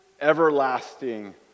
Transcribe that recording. Everlasting